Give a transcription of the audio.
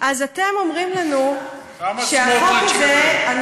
אז אתם אומרים לנו שהחוק הזה, כמה סמוטריץ קיבל?